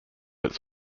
its